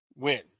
win